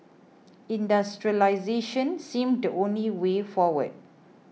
industrialisation seemed the only way forward